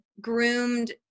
groomed